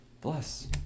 bless